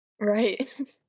right